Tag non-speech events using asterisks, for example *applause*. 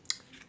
*noise*